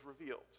revealed